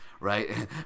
right